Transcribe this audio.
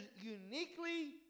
uniquely